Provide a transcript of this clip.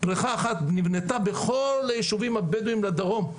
בריכה אחת נבנתה בכל היישובים הבדואים בדרום,